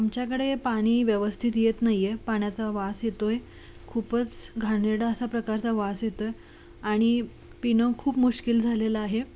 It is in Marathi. आमच्याकडे पाणी व्यवस्थित येत नाही आहे पाण्याचा वास येतो आहे खूपच घाणेरडा असा प्रकारचा वास येतो आहे आणि पिणं खूप मुश्कील झालेलं आहे